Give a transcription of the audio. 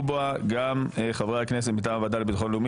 בו גם חברי הכנסת מטעם הוועדה לביטחון לאומי,